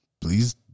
please